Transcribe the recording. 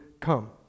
come